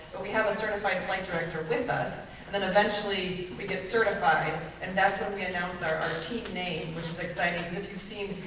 but we have a certified flight director with us and then eventually we get certified and that's when we announce our team name, which is exciting. if you've seen,